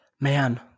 man